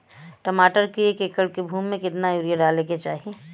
टमाटर के एक एकड़ भूमि मे कितना यूरिया डाले के चाही?